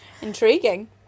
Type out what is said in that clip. Intriguing